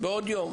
בעוד יום.